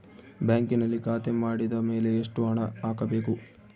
ಬ್ಯಾಂಕಿನಲ್ಲಿ ಖಾತೆ ಮಾಡಿದ ಮೇಲೆ ಎಷ್ಟು ಹಣ ಹಾಕಬೇಕು?